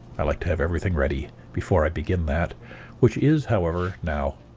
i like to have everything ready before i begin that which is, however, now,